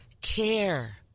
care